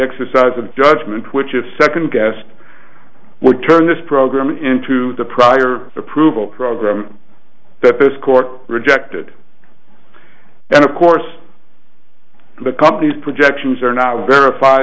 exercise of judgment which is second guessed would turn this program into the prior approval program that this court rejected and of course the company's projections are not verif